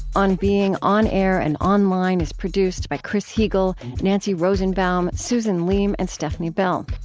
on being on air and online is produced by chris heagle, nancy rosenbaum, susan leem, and stefni bell.